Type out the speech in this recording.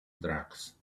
drugs